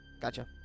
Gotcha